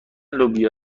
لوبیا